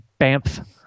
bamf